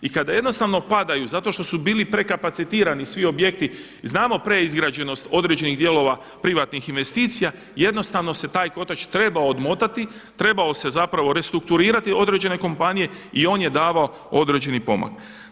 I kada jednostavno padaju zato što su bili prekapacitirani svi objekti znamo prigrađenost određenih dijelova privatnih investicija, jednostavno se taj kotač treba odmotati, trebao se restrukturirati određene kompanije i on je davao određeni pomak.